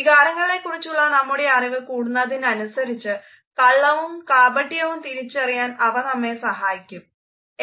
വികാരങ്ങളെക്കുറിച്ചുള്ള നമ്മുടെ അറിവ് കൂടുന്നതിനനുസരിച്ചു കള്ളവും കാപട്യവും തിരിച്ചറിയാൻ അവ നമ്മളെ സഹായിക്കും